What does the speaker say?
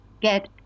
get